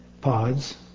pods